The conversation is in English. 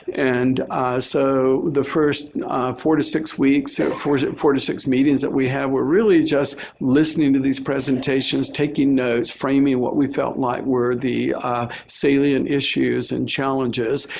and so, the first four to six weeks so four four to six meetings that we have, we're really just listening to these presentations, taking notes, framing what we felt like were the salient issues and challenges,